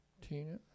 Tina